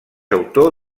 autor